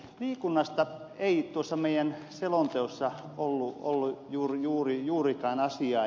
liikunnasta ei tuossa meidän selonteossamme ollut juurikaan asiaa